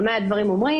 במה דברים אמורים?